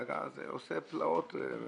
זה עושה פלאות.